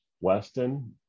Weston